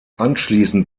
anschließend